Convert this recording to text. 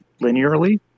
linearly